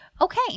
okay